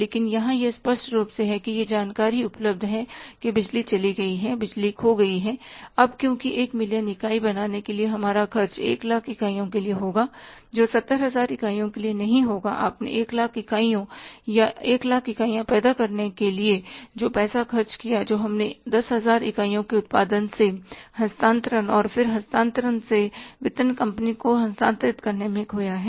लेकिन यहां यह स्पष्ट रूप से है कि यह जानकारी उपलब्ध है कि बिजली चली गई है बिजली खो गई है अब क्योंकि 1 मिलियन इकाई बनाने के लिए हमारा खर्च 1 लाख इकाइयों के लिए होगा जो 70000 इकाइयों के लिए नहीं होगा आपने एक लाख इकाइयाँ या 100000 इकाइयाँ पैदा करने के लिए जो पैसा खर्च किया जो हमने 10000 इकाइयों को उत्पादन से हस्तांतरण और फिर हस्तांतरण से वितरण कंपनी को हस्तांतरित करने में खोया है